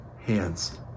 hands